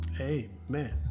Amen